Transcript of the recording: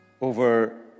over